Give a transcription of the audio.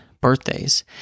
birthdays